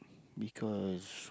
because